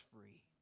free